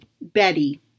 Betty